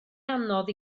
anodd